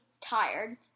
tired